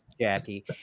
Jackie